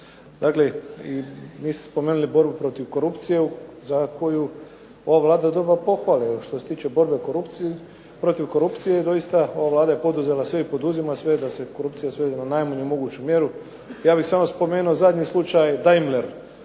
Dakle, i niste spomenuli borbu protiv korupcije za koju ova Vlada dobiva pohvale što se tiče borbe protiv korupcije doista ova Vlada je poduzela sve i poduzima sve da se korupcija svede na najmanju moguću mjeru. Ja bih samo spomenuo zadnji slučaj Daimler,